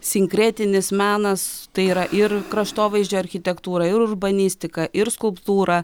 sinkretinis menas tai yra ir kraštovaizdžio architektūra ir urbanistika ir skulptūra